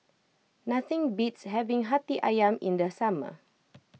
nothing beats having Hati Ayam in the summer